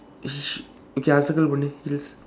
shit okay I circle only heels